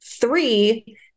Three